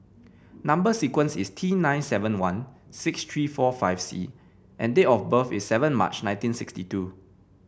number sequence is T nine seven one six three four five C and date of birth is seven March nineteen sixty two